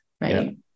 right